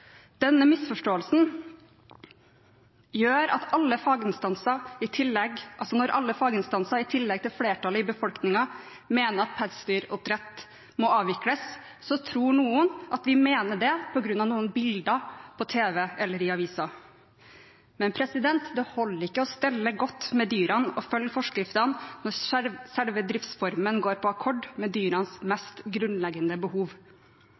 Denne misforståelsen gjør, når alle faginstanser i tillegg til flertallet i befolkningen mener at pelsdyroppdrett må avvikles, at noen tror vi mener det på grunn av noen bilder på tv eller i avisene. Men det holder ikke å stelle godt med dyrene og følge forskriftene når selve driftsformen går på akkord med dyrenes mest grunnleggende behov.